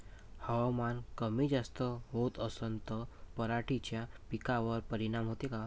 हवामान कमी जास्त होत असन त पराटीच्या पिकावर परिनाम होते का?